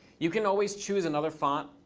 you can always choose another font,